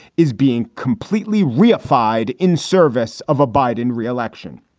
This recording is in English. is being completely reified in service of a biden re-election